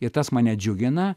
ir tas mane džiugina